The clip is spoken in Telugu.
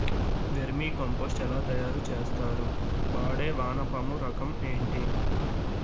వెర్మి కంపోస్ట్ ఎలా తయారు చేస్తారు? వాడే వానపము రకం ఏంటి?